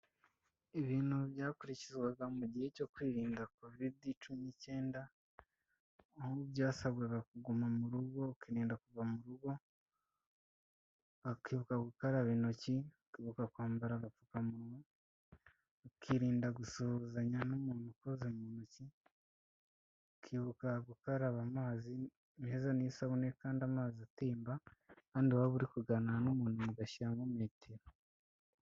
Ibintu byakurikizwaga mu gihe cyo kwirinda covidi cumi n'icyenda, aho byasabwaga kuguma mu rugo, ukirinda kuva mu rugo, ukibuka gukaraba intoki, ukibuka kwambara agapfukamunwa, ukirinda gusuhuzanya n'umuntu umukoze mu ntoki, ukibuka gukaraba amazi meza n'isabune kandi amazi atemba kandi waba uri kuganira n'umuntu mugashyiramo metero.